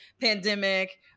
pandemic